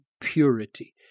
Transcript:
purity